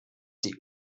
sie